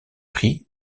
prix